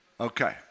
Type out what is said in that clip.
Okay